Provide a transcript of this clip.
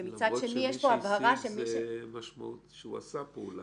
ומצד שני יש פה הבהרה -- למרות שמי שהשיג המשמעות היא שהוא עשה פעולה.